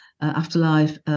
afterlife